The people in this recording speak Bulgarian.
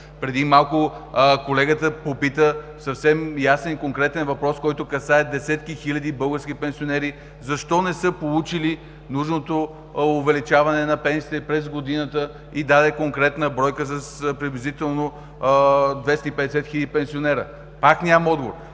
Преди малко колегата зададе съвсем ясен и конкретен въпрос, който касае десетки хиляди български пенсионери – защо не са получили нужното увеличаване на пенсиите през годината и даде конкретна бройка с приблизително 250 хиляди пенсионери. Пак няма отговор.